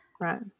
Right